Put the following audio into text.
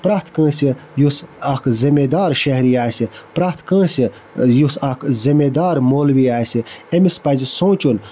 پرٛٮ۪تھ کٲنٛسہِ یُس اکھ ذِمہٕ دار شہری آسہِ پرٛٮ۪تھ کٲنٛسہِ یُس اکھ ذِمہٕ دار مولوی آسہِ أمِس پَزِ سونٛچُن